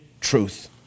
truth